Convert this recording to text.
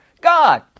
God